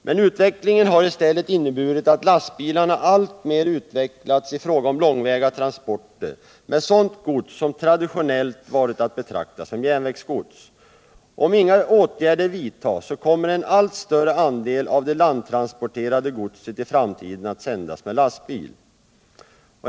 Men utvecklingen har i stället inneburit att lastbilarna alltmer utvecklats i fråga om långväga transporter med sådant gods som tradionellt varit att betrakta såsom järnvägsgods. Om inga åtgärder vidtas kommer en allt större andel av det landtransporterade godset i framtiden att sändas med lastbil.